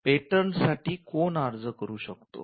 पेटंट्ससाठी कोण अर्ज करु शकतो